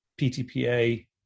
PTPA